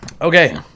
okay